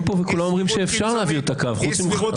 פה וכולם אומרים שאפשר להעביר את הקו חוץ ממך.